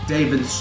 David